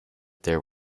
there